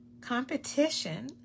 competition